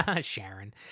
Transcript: Sharon